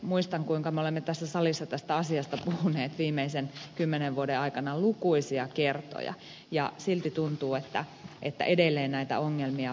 muistan kuinka me olemme tässä salissa tästä asiasta puhuneet viimeisen kymmenen vuoden aikana lukuisia kertoja ja silti tuntuu että edelleen näitä ongelmia vain on